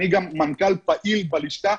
אני מנכ"ל פעיל בלשכה.